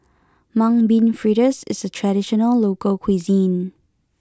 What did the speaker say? Mung Bean Fritters is a traditional local cuisine